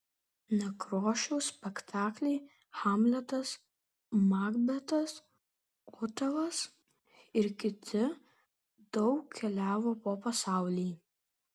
nekrošiaus spektakliai hamletas makbetas otelas ir kiti daug keliavo po pasaulį